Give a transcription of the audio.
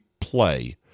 play